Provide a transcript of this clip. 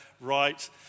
right